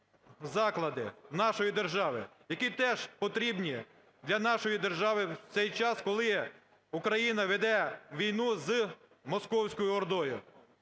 заклади нашої держави, які теж потрібні для нашої держави в цей час, коли Україна веде війну з "московською ордою".